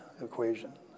equation